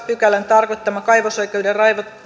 pykälän tarkoittama kaivosoikeuden